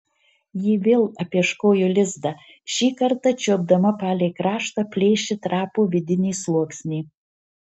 ji vėl apieškojo lizdą šį kartą čiuopdama palei kraštą plėšė trapų vidinį sluoksnį